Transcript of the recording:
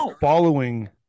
following